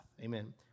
Amen